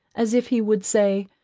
as if he would say,